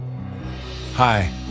Hi